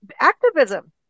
activism